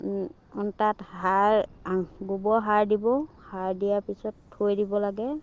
তাত সাৰ গোবৰ সাৰ দিব সাৰ দিয়াৰ পিছত থৈ দিব লাগে